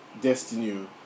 destiny